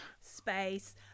space